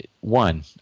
one